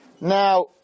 Now